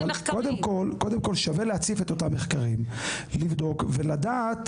קודם כל, שווה להציף את אותם מחקרים, לבדוק ולדעת.